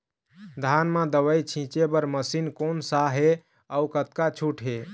धान म दवई छींचे बर मशीन कोन सा हे अउ कतका छूट हे?